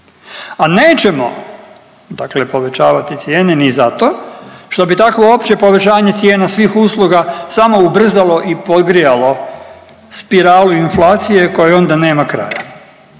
A nećemo, dakle povećavati cijene ni zato što bi takvo opće povećanje cijena svih usluga samo ubrzalo i podgrijalo spiralu inflacije kojoj onda nema kraja.